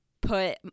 put